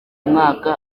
mwaka